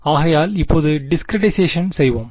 ஆகையால் இப்பொழுது டிஸ்கிரிட்டிசைஸஷன் செய்வோம்